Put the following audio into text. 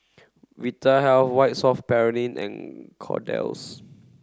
Vitahealth White soft Paraffin and Kordel's